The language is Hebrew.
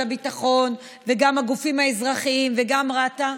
הביטחון וגם הגופים האזרחיים וגם רת"ע,